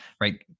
right